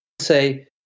say